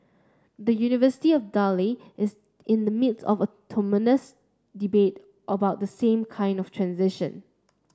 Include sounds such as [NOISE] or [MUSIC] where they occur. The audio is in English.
the University of Delhi is in the midst of a [UNINTELLIGIBLE] debate about the same kind of transition